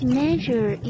measure